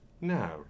now